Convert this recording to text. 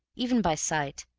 even by sight,